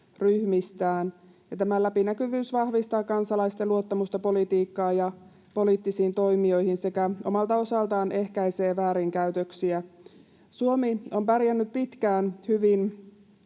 Tämä läpinäkyvyys vahvistaa kansalaisten luottamusta politiikkaan ja poliittisiin toimijoihin sekä omalta osaltaan ehkäisee väärinkäytöksiä. Suomi on pärjännyt pitkään hyvin